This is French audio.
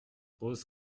rose